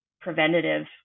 preventative